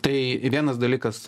tai vienas dalykas